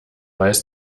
weiß